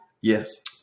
Yes